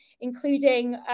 including